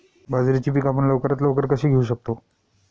बाजरीचे पीक आपण लवकरात लवकर कसे घेऊ शकतो?